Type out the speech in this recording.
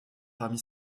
parmi